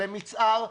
למצער,